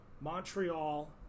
Montreal